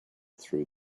through